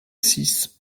six